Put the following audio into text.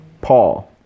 Paul